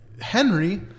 Henry